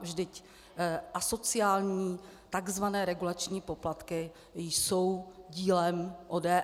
Vždyť asociální tzv. regulační poplatky jsou dílem ODS.